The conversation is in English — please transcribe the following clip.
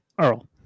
Earl